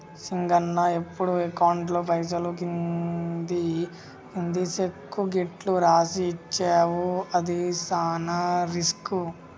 సింగన్న ఎప్పుడు అకౌంట్లో పైసలు కింది సెక్కు గిట్లు రాసి ఇచ్చేవు అది సాన రిస్కు